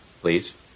please